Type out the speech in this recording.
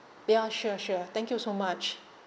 ya sure sure thank you so much